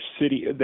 city